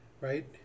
right